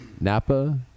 Napa